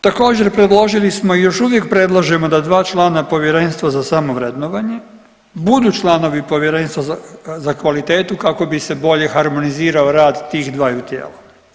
Također, predložili smo i još uvijek predlažemo da dva člana Povjerenstva za samovrednovanje budu članovi povjerenstva za kvalitetu kako bi se bolje harmonizirao rad tih dvaju tijela.